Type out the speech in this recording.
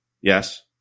Yes